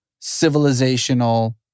civilizational